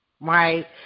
right